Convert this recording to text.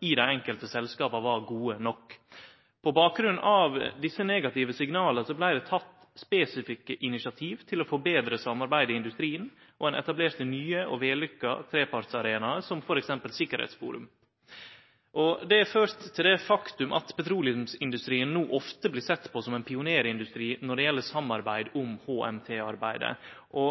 i dei enkelte selskapa var gode nok. På bakgrunn av desse negative signala vart det teke spesifikke initiativ til å forbetre samarbeidet i industrien, og ein etablerte nye og vellykka trepartsarenaer, som t.d. Sikkerhetsforum. Det førte til det faktum at petroleumsindustrien no ofte blir sett på som ein pionerindustri når det gjeld samarbeid om HMT-arbeidet.